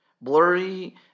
blurry